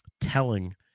telling